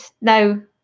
no